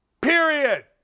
period